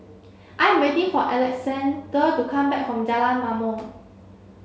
I am waiting for Alexandr to come back from Jalan Ma'mor